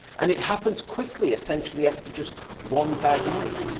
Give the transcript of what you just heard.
and it happens quickly, essentially after just one bad night.